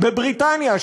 בבריטניה,